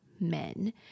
men